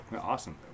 awesome